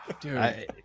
dude